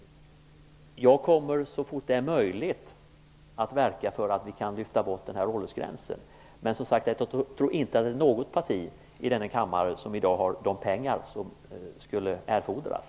Så fort det är möjligt kommer jag att verka för att vi kan lyfta bort den här åldersgränsen. Men jag tror, som sagt, att inte något parti i denna kammare i dag har de pengar som erfordras.